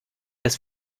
des